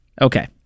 Okay